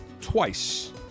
twice